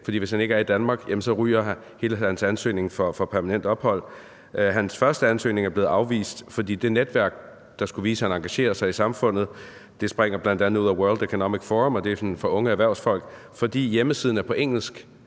for hvis han ikke er i Danmark, ryger hele hans ansøgning om permanent opholdstilladelse. Hans første ansøgning er blevet afvist, fordi hjemmesiden for det netværk, der skulle vise, at han engagerer sig i samfundet – det springer bl.a. ud af World Economic Forum, det er sådan for unge erhvervsfolk – er på engelsk.